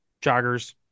joggers